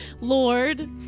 Lord